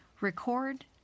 Record